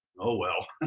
oh, well,